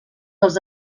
els